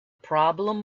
problem